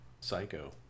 psycho